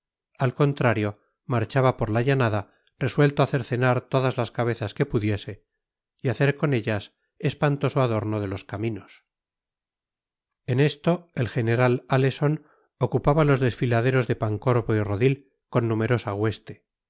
al contrario marchaba por la llanada resuelto a cercenar todas las cabezas que pudiese y hacer con ellas espantoso adorno de los caminos en esto el general aleson ocupaba los desfiladeros de pancorbo y rodil con numerosa hueste